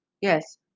Yes